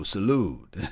Salute